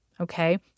Okay